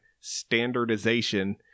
standardization